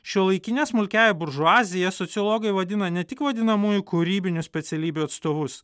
šiuolaikine smulkiąja buržuazija sociologai vadina ne tik vadinamųjų kūrybinių specialybių atstovus